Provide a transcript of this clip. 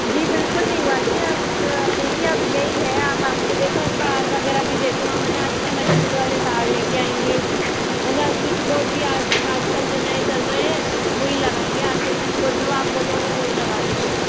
जी बिल्कुल नहीं हुआ है जी आप आप देखिए आप यही है अब आप के देखो तार वग़ैरह भी देखो हम है ना अच्छे मज़बूत वाले तार ले कर आएंगे है ना स्विच बोर्ड भी आज आज कल जो नए चल रहे हैं वही लगाएंगे आप के स्विच बोर्ड जो आप बोलोगे वही लगा देंगे